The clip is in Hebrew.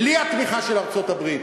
בלי התמיכה של ארצות-הברית.